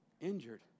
injured